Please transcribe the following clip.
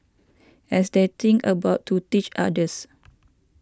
as they think about to teach others